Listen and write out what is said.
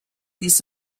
this